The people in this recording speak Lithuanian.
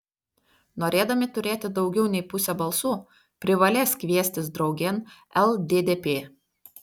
norėdami turėti daugiau nei pusę balsų privalės kviestis draugėn lddp